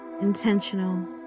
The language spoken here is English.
intentional